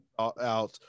Out